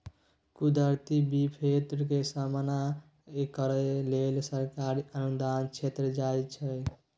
कुदरती बिपैत के सामना करइ लेल सरकारी अनुदान देल जाइ छइ